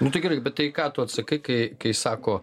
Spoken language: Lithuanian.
nu tai gerai bet tai ką tu atsakai kai sako